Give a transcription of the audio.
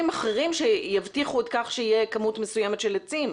אחרים שיבטיחו שתהיה כמות מסוימת של עצים.